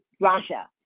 Russia